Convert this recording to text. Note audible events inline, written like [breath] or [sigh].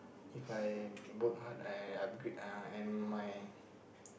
If I work hard I upgrade uh and my [breath]